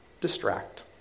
distract